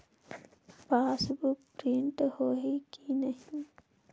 Passbook print होही कि नहीं?